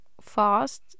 fast